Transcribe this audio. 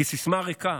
כסיסמה ריקה.